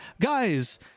guys